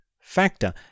factor